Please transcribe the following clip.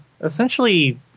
essentially